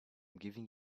giving